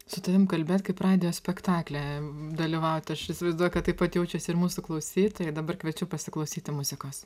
su tavim kalbėt kaip radijo spektakly dalyvauti aš įsivaizduoju kad taip pat jaučiasi ir mūsų klausytojai dabar kviečiu pasiklausyti muzikos